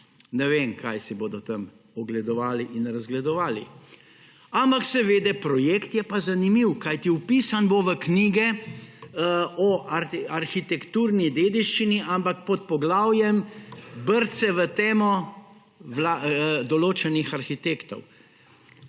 Ne vem, kaj si bodo tam ogledovali in razgledovali. Ampak seveda projekt je pa zanimiv. Kajti, vpisan bo v knjige o arhitekturni dediščini, ampak pod poglavjem Brce v temo določenih arhitektov.